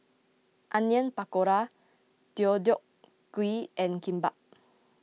Onion Pakora Deodeok Gui and Kimbap